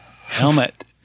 Helmet